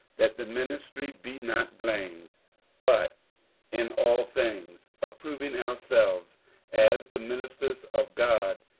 that the ministry be not blamed but in all things approving ourselves as the ministers of god,